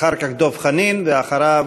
אחר כך דב חנין, ואחריו,